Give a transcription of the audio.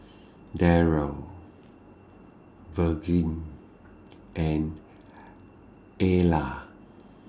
Darrel Virge and Ala